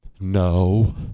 no